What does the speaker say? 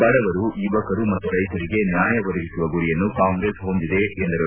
ಬಡವರು ಯುವಕರು ಮತ್ತು ರೈತರಿಗೆ ನ್ಯಾಯ ಒದಗಿಸುವ ಗುರಿಯನ್ನು ಕಾಂಗ್ರೆಸ್ ಹೊಂದಿದೆ ಎಂದರು